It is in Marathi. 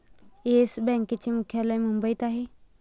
येस बँकेचे मुख्यालय मुंबईत आहे